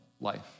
life